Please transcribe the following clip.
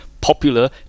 popular